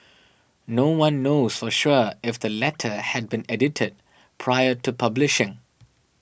no one knows for sure if the letter had been edited prior to publishing